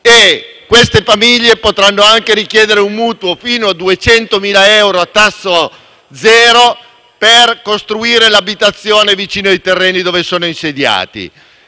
Quelle famiglie potranno anche richiedere un mutuo, fino a 200.000 euro a tasso zero, per costruire l'abitazione vicino ai terreni dove sono insediate.